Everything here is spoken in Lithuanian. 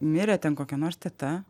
mirė ten kokia nors teta